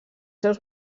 seus